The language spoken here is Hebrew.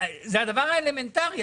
זה הדבר האלמנטרי,